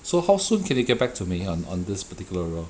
so how soon can you get back to me on on this particular role